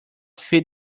feed